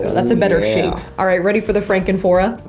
that's a better shade. all right, ready for the franken-phora?